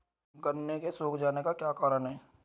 गन्ने के सूख जाने का क्या कारण है?